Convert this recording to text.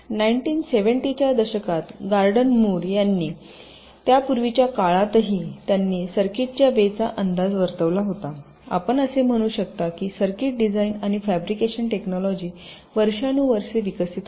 1970 च्या दशकात Gordon Moore यांनी त्यापूर्वीच्या काळातही त्यांनी सर्किटच्या वे चा अंदाज वर्तविला होता आपण असे म्हणू शकता की सर्किट डिझाइन आणि फॅब्रिकेशन टेकनॉलॉजि वर्षानुवर्षे विकसित होते